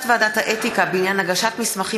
החלטת ועדת האתיקה בעניין הגשת מסמכים